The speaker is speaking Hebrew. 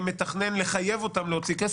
מתכנן לחייב אותם להוציא כסף,